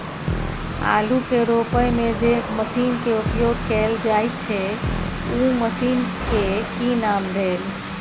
आलू के रोपय में जे मसीन के उपयोग कैल जाय छै उ मसीन के की नाम भेल?